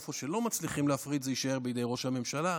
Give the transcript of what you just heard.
איפה שלא מצליחים להפריד זה יישאר בידי ראש הממשלה,